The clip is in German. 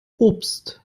obst